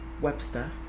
Webster